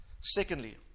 Secondly